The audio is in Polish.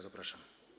Zapraszam.